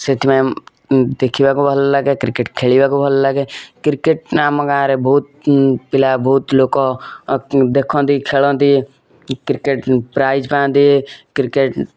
ସେଥିପାଇଁ ଦେଖିବାକୁ ଭଲ ଲାଗେ କ୍ରିକେଟ ଖେଳିବାକୁ ଭଲ ଲାଗେ କ୍ରିକେଟ ଆମ ଗାଁରେ ବହୁତ ପିଲା ବହୁତ ଲୋକ ଦେଖନ୍ତି ଖେଳନ୍ତି କ୍ରିକେଟ ପ୍ରାଇଜ୍ ପାଆନ୍ତି କ୍ରିକେଟ